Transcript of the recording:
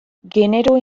genero